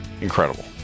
incredible